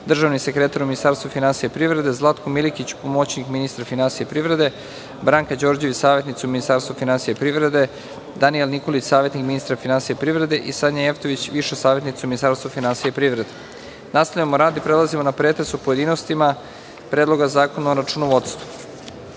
državni sekretar u Ministarstvu finansija i privrede, Zlatko Milikić, pomoćnik ministra finansija i privrede, Branka Đorđević, savetnica u Ministarstvu finansija i privrede, Danijel Nikolić, savetnik ministra finansija i privrede i Sanja Jevtović, viša savetnica u Ministarstvu finansija i privrede. Nastavljamo rad i prelazimo na pretres u pojedinostima Predloga zakona o računovodstvu.6.